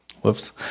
whoops